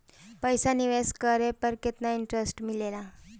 पईसा निवेश करे पर केतना इंटरेस्ट मिलेला?